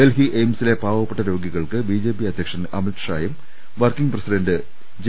ഡൽഹി എയിംസിലെ പാവപ്പെട്ട രോഗികൾക്ക് ബിജെപി അധ്യ ക്ഷൻ അമിത്ഷായും വർക്കിങ്ങ് പ്രസിഡന്റ് ജെ